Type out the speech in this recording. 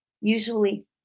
usually